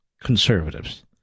conservatives